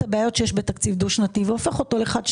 הבעיות שיש בתקציב דו שנתי והופך אותו לחד שנתי.